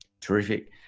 Terrific